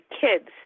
kids